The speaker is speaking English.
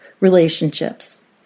relationships